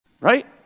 Right